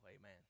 Amen